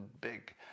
big